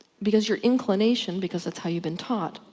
because your inclination, because that's how you've been taught,